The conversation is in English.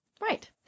Right